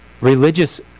religious